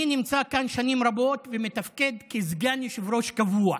אני נמצא כאן שנים רבות ומתפקד כסגן יושב-ראש קבוע.